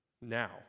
Now